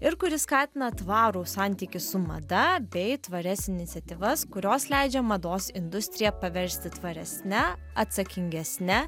ir kuri skatina tvarų santykį su mada bei tvarias iniciatyvas kurios leidžia mados industriją paversti tvaresne atsakingesne